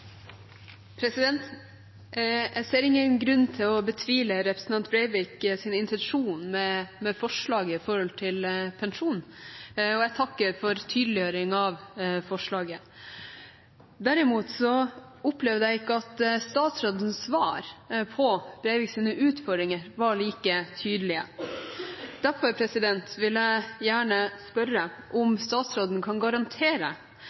regjeringspartiene. Jeg ser ingen grunn til å betvile representanten Breiviks intensjon med forslaget når det gjelder pensjon, og jeg takker for tydeliggjøring av forslaget. Derimot opplevde jeg ikke at statsrådens svar på Breiviks utfordringer var like tydelige. Derfor vil jeg gjerne spørre om statsråden kan garantere